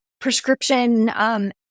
prescription